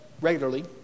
regularly